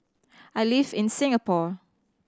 I live in Singapore